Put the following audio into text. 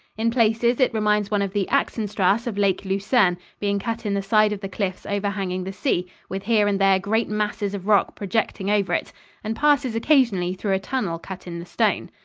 in places it reminds one of the axenstrasse of lake lucerne, being cut in the side of the cliffs overhanging the sea, with here and there great masses of rock projecting over it and passes occasionally through a tunnel cut in the stone.